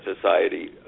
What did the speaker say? society